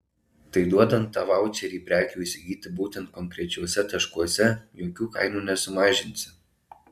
tai duodant tą vaučerį prekių įsigyti būtent konkrečiuose taškuose jokių kainų nesumažinsi